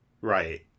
right